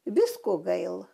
visko gaila